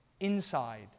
Inside